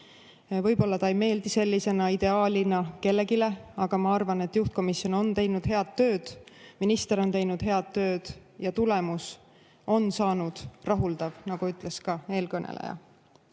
Võib-olla ta ei meeldi sellisena ideaalina kellelegi, aga ma arvan, et juhtkomisjon on teinud head tööd, minister on teinud head tööd ja tulemus on saanud rahuldav, nagu ütles ka eelkõneleja.